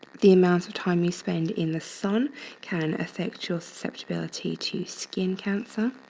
the amount of time you spend in the sun can affect your susceptibility to skin cancer.